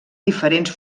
diferents